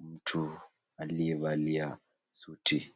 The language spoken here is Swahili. mtu aliyevalia suti